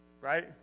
right